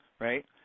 right